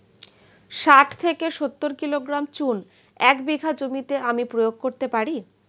শাঠ থেকে সত্তর কিলোগ্রাম চুন এক বিঘা জমিতে আমি প্রয়োগ করতে পারি?